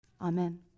Amen